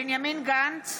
בנימין גנץ,